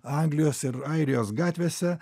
anglijos ir airijos gatvėse